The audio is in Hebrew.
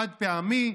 חד-פעמי,